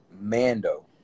Mando